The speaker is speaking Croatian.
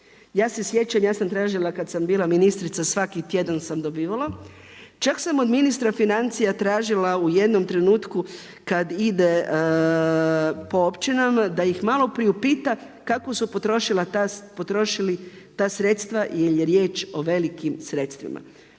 Ja se sjećam, ja sam tražila kada sam bila ministrica, svaki tjedan sam dobivala, čak sam od Ministra financija tražila u jednom trenutku kada ide po općinama da ih malo priupita kako su potrošili ta sredstva jer je riječ o velikim sredstvima.